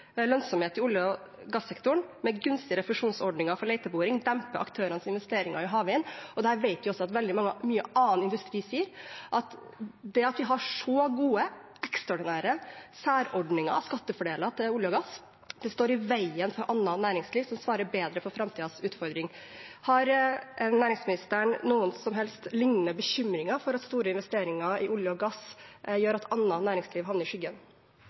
lønnsomhet i olje- og gassektoren, med gunstig refusjonsordning for leteboring, vil dempe aktørenes oppmerksomhet mot og investeringer i havvind.» Dette vet vi at også veldig mange i annen industri sier: At vi har så gode – ekstraordinære – særordninger og skattefordeler for olje- og gass, står i veien for annet næringsliv som svarer bedre på framtidens utfordringer. Har næringsministeren liknende bekymringer for at store investeringer i olje og gass gjør at annet næringsliv havner i skyggen?